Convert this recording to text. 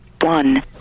one